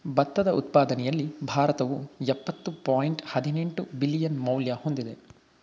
ಭತ್ತದ ಉತ್ಪಾದನೆಯಲ್ಲಿ ಭಾರತವು ಯಪ್ಪತ್ತು ಪಾಯಿಂಟ್ ಹದಿನೆಂಟು ಬಿಲಿಯನ್ ಮೌಲ್ಯ ಹೊಂದಿದೆ